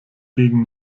gegen